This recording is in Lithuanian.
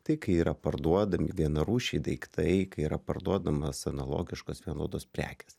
tai kai yra parduodami vienarūšiai daiktai kai yra parduodamas analogiškos vienodos prekės